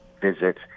visit